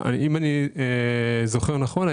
אם אני זוכר נכון,